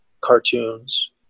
cartoons